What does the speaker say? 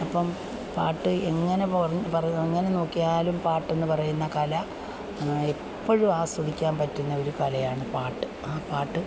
അപ്പം പാട്ട് എങ്ങനെ പറഞ്ഞു എങ്ങനെ നോക്കിയാലും പാട്ടെന്നുപറയുന്ന കല എപ്പോഴും ആസ്വദിധിക്കാൻ പറ്റുന്ന ഒരു കലയാണ് പാട്ട് പാട്ട്